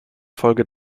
folge